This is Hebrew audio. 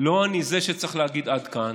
לא אני זה שצריך להגיד: עד כאן.